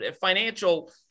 financial